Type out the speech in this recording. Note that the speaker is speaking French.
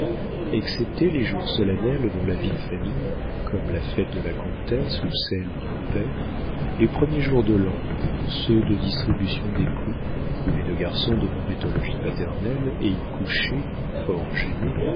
excepté les jours solennels dans la vie de famille comme la fête de la comtesse ou celle du père les premiers jours de l'an ceux de distribution des prix où les deux garçons demeuraient au logis paternel et y couchaient fort gênés